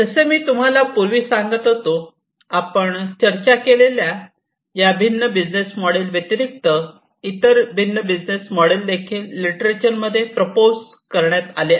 जसे मी तुम्हाला पूर्वी सांगत होतो आपण चर्चा केलेल्या तर या भिन्न बिझनेस मोडेल व्यतिरिक्त इतर भिन्न बिझनेस मोडेल देखील लिटरेचर मध्ये प्रपोज करण्यात आले आहेत